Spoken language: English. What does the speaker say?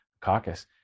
caucus